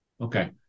Okay